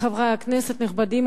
חברי הכנסת הנכבדים,